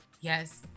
yes